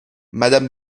madame